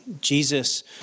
Jesus